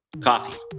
Coffee